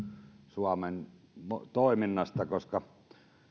suomen toiminnasta koska